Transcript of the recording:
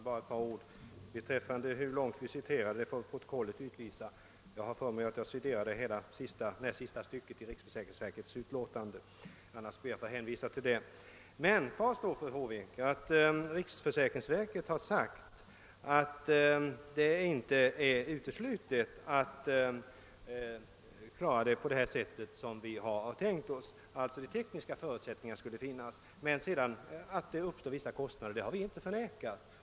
Herr talman! Bara ett par ord. Hur långt vi citerade får väl protokollet utvisa. Jag vill minnas att jag citerade hela näst sista stycket i riksförsäkringsverkets yttrande. Om så inte är fallet ber jag att få hänvisa till detta yttrande. Kvar står emellertid, fru Håvik, att riksförsäkringsverket uttalat att det inte är uteslutet att lösa frågan på det sätt som vi tänkt oss, vilket betyder att de tekniska förutsättningarna härför skulle finnas. Att det medför vissa kostnader har vi inte förnekat.